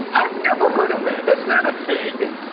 and i've never heard of that. that's not a thing.